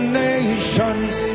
nations